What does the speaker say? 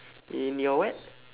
in your what